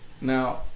Now